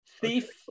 thief